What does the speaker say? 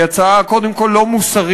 היא הצעה, קודם כול, לא מוסרית,